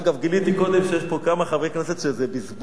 גיליתי קודם שיש פה כמה חברי כנסת שזה בזבוז